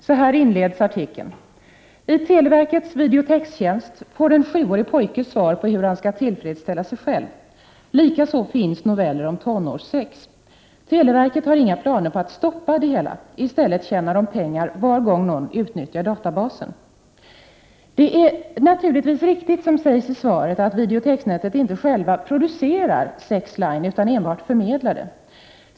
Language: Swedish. Så här inleds artikeln i Datavärlden: ”I televerkets videotextjänst får en sjuårig pojke svar på hur han ska tillfredsställa sig själv. Likaså finns porrnoveller om tonårssex. Televerket har inga planer på att stoppa det hela. I dag tjänar de pengar varje gång någon utnyttjar sexdatabasen.” Det är naturligtvis riktigt som det sägs i svaret att videotexnätet inte producerar Sexline, utan enbart förmedlar den.